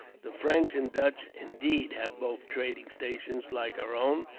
the french and dutch, indeed, have both trading stations like our own,